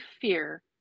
fear